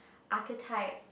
archetype